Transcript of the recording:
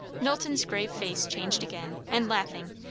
knowlton's grave face changed again and laughing,